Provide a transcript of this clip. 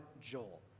Joel